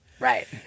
Right